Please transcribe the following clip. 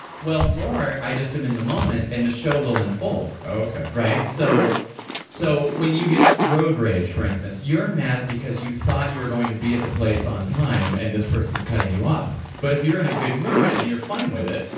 well more, i just am in the moment and the show will unfold okay right? so so, when you get road rage for instance, you're mad because you thought that you were going to be at the place on time, and this person's cutting you off, but if you're in a good mood and you're fine with it,